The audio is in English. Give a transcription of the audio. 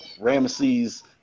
Ramesses